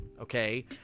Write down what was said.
Okay